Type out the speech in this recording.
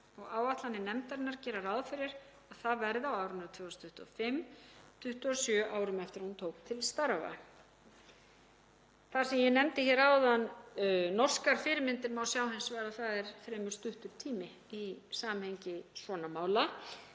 áætlanir nefndarinnar gera ráð fyrir að það verði á árinu 2025, 27 árum eftir að hún tók til starfa. Það sem ég nefndi hér áðan um norskar fyrirmyndir má sjá hins vegar að það er fremur stuttur tími í samhengi svona mála.